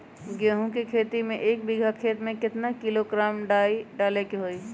गेहूं के खेती में एक बीघा खेत में केतना किलोग्राम डाई डाले के होई?